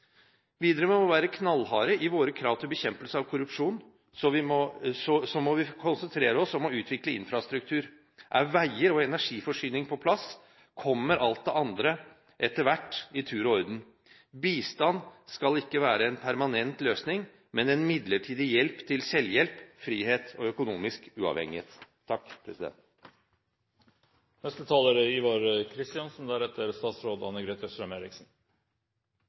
Videre må vi være knallharde i våre krav til bekjempelse av korrupsjon. Så må vi konsentrere oss om å utvikle infrastruktur. Er veier og energiforsyning på plass, kommer alt det andre etter hvert i tur og orden. Bistand skal ikke være en permanent løsning, men en midlertidig hjelp til selvhjelp, frihet og økonomisk uavhengighet.